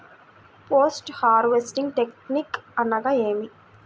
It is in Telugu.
పోస్ట్ హార్వెస్టింగ్ టెక్నిక్ అనగా నేమి?